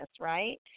right